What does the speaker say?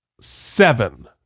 seven